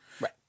Right